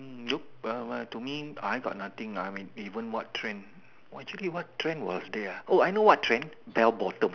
mm look where where to me I got nothing nah I mean even what trend actually what trend was there ah I know what trend bell bottom